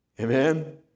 Amen